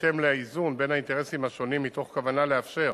בהתאם לאיזון בין האינטרסים השונים מתוך כוונה לאפשר